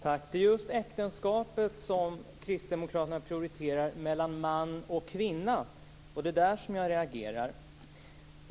Fru talman! Det är just äktenskapet mellan man och kvinna som kristdemokraterna prioriterar. Det är där som jag reagerar.